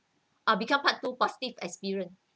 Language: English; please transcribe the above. uh become part two positive experience